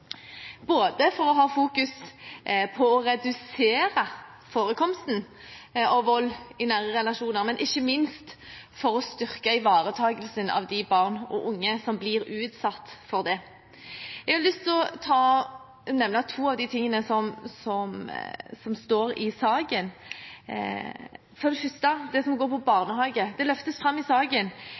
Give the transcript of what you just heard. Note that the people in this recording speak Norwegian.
både for å ha fokus på å redusere forekomsten av vold i nære relasjoner, og ikke minst for å styrke ivaretakelsen av de barn og unge som blir utsatt for det. Jeg har lyst til å nevne to av de tingene som står i saken, for det første det som går på barnehage. Det løftes fram i saken